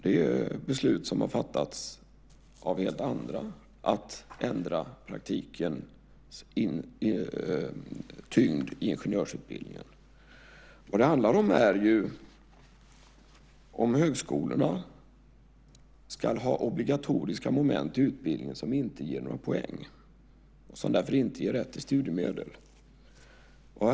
Det är beslut som har fattats av helt andra att ändra praktikens tyngd i ingenjörsutbildningen. Vad det handlar om är om högskolorna ska ha obligatoriska moment i utbildningen som inte ger några poäng och som därför inte ger rätt till studiemedel.